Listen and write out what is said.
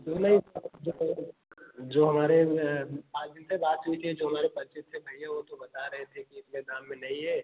दोनों जो हमारे आज उनसे बात हुई थी जो हमारे परिचित थे भैया वो तो बता रहे थे कि इतने दाम में नहीं है